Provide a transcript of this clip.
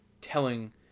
telling